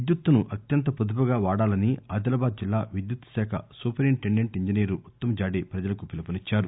విద్యుత్తును అత్యంత పొదుపు గా వాడాలని ఆదిలాబాద్ జిల్లా విద్యుత్తు శాఖ సూరింటెండెంట్ ఇంజినీరు ఉత్తమ్ జాడే ప్రజలకు పిలుపునిచ్చారు